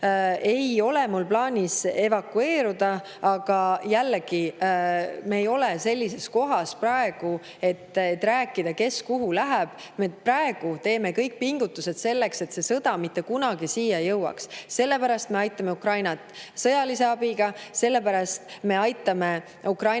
Ei ole mul plaanis evakueeruda. Aga jällegi, me ei ole praegu sellises [olukorras], et [tuleb] rääkida, kes kuhu läheb. Me teeme praegu kõik pingutused selleks, et sõda mitte kunagi siia ei jõuaks. Sellepärast me aitame Ukrainat sõjalise abiga, sellepärast me aitame Ukrainat